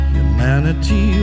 humanity